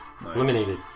Eliminated